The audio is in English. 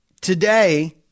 today